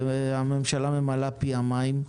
הממשלה ממלאה פיה מים,